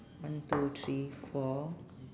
one two three four